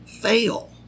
fail